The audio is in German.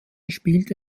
spielte